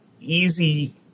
easy